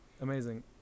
amazing